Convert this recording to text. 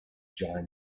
join